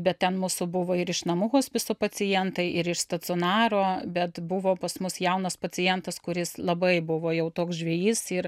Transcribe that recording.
bet ten mūsų buvo ir iš namų hospiso pacientai ir iš stacionaro bet buvo pas mus jaunas pacientas kuris labai buvo jau toks žvejys ir